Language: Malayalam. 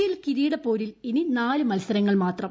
എൽ കിരീടപോരിൽ ഇനി നാല് മൽസരങ്ങൾ മാത്രം